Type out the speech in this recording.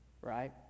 right